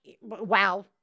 wow